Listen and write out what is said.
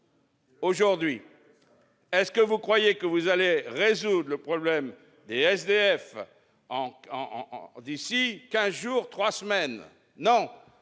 aujourd'hui ? Est-ce que vous croyez que vous allez résoudre le problème des SDF d'ici à deux ou trois semaines ? Non !